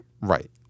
Right